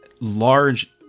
large